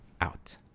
out